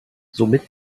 somit